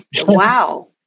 wow